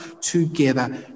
together